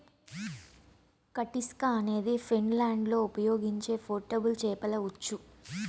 కటిస్కా అనేది ఫిన్లాండ్లో ఉపయోగించే పోర్టబుల్ చేపల ఉచ్చు